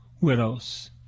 widows